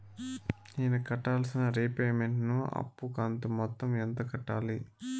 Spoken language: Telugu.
నేను కట్టాల్సిన రీపేమెంట్ ను అప్పు కంతు మొత్తం ఎంత కట్టాలి?